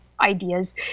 ideas